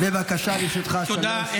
תודה.